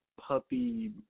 Puppy